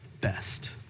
best